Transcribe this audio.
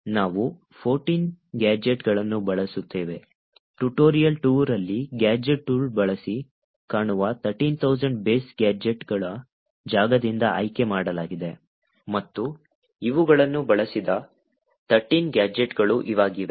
ನಾವು 14 ಗ್ಯಾಜೆಟ್ಗಳನ್ನು ಬಳಸುತ್ತೇವೆ ಟ್ಯುಟೋರಿಯಲ್ 2 ರಲ್ಲಿ ಗ್ಯಾಜೆಟ್ ಟೂಲ್ ಬಳಸಿ ಕಾಣುವ 13000 ಬೆಸ ಗ್ಯಾಜೆಟ್ಗಳ ಜಾಗದಿಂದ ಆಯ್ಕೆ ಮಾಡಲಾಗಿದೆ ಮತ್ತು ಇವುಗಳನ್ನು ಬಳಸಿದ 13 ಗ್ಯಾಜೆಟ್ಗಳು ಇವಾಗಿವೆ